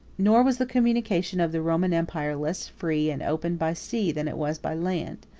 nor was the communication of the roman empire less free and open by sea than it was by land.